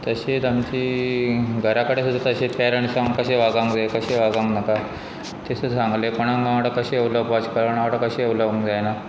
तशेंच आमची घर कडेन सुद्दा तशेंच पेरंट्स हांकां कशें वागंक जाय कशें वागोंक नाका त सें सांगलें कोणा वांगाडा कशें उलोवपाच कोणा वांगडा कशें उलोवंक जायना